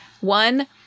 One